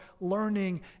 learning